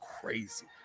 crazy